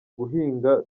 guhinga